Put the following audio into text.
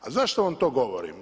A zašto vam to govorim?